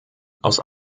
aus